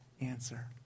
answer